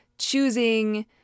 Choosing